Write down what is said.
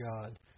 God